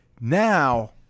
Now